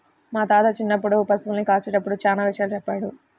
మా తాత చిన్నప్పుడు పశుల్ని కాసేటప్పుడు చానా విషయాలు చెప్పాడు